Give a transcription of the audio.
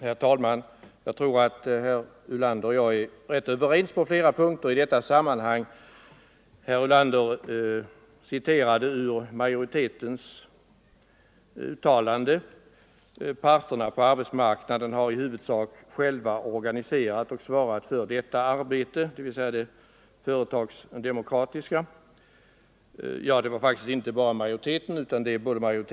Herr talman! Jag tror att herr Ulander och jag är rätt överens på flera punkter i detta sammanhang. arbetsmarknaden har i huvudsak själva organiserat och svarat för detta — Nr 130 arbete” — dvs. på det företagsdemokratiska området. Det är både majoritet Torsdagen den och reservanter som har denna uppfattning.